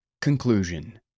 Conclusion